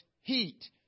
heat